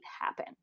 happen